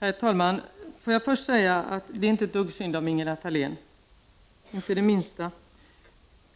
Herr talman! Får jag först säga att det inte är ett dugg synd om Ingela Thalén — inte det minsta,